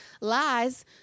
lies